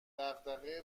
دغدغه